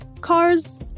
Cars